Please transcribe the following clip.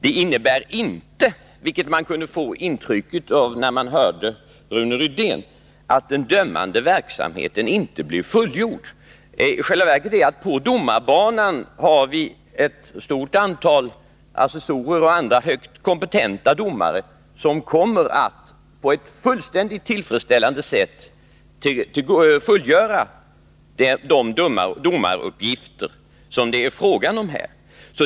Det innebär således inte, vilket man kunde få ett intryck av när man hörde Rune Rydén, att den dömande verksamheten inte blir fullgjord. I själva verket har vi på domarbanan ett stort antal assessorer och andra högt kompetenta domare, som kommer att på ett fullständigt tillfredsställande sätt fullgöra de domaruppgifter som det är fråga om här.